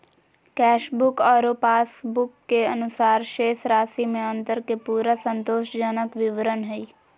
cashbook आरो passbook के अनुसार शेष राशि में अंतर के पूरा संतोषजनक विवरण हइ